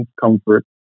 comfort